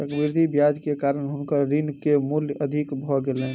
चक्रवृद्धि ब्याज के कारण हुनकर ऋण के मूल अधिक भ गेलैन